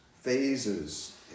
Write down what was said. phases